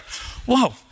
Whoa